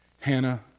Hannah